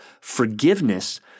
forgiveness